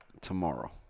tomorrow